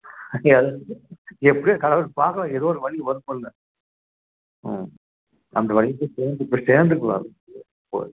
யார் எப்படியோ கடவுள் பார்க்க எதோ ஒரு வழி வரும் பாருங்கள் ம் அந்த வழியில சேர்ந்து போய் சேர்ந்துக்குலாம் போய்